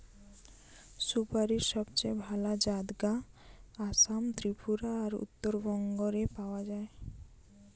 সুপারীর সবচেয়ে ভালা জাত গা আসাম, ত্রিপুরা আর উত্তরবঙ্গ রে পাওয়া যায়